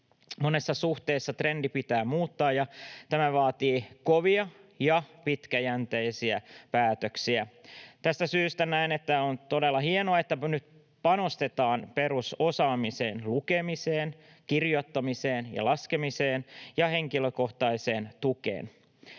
Monessa suhteessa trendi pitää muuttaa, ja tämä vaatii kovia ja pitkäjänteisiä päätöksiä. Tästä syystä näen, että on todella hienoa, että nyt panostetaan perusosaamiseen, lukemiseen, kirjoittamiseen, laskemiseen ja henkilökohtaiseen